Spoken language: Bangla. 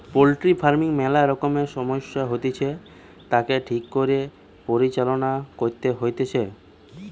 পোল্ট্রি ফার্মিং ম্যালা রকমের সমস্যা হতিছে, তাকে ঠিক করে পরিচালনা করতে হইতিছে